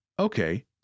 Okay